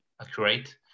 accurate